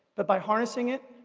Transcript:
but by harnessing it,